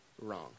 wrong